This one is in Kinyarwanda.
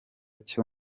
cyo